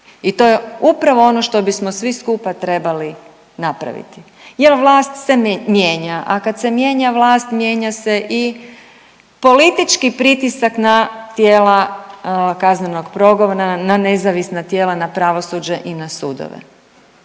I to je upravo ono što bismo svi skupa trebali napraviti, jer vlast se mijenja, a kad se mijenja vlast mijenja se i politički pritisak na tijela kaznenog progona, na nezavisna tijela, na pravosuđe i na sudove.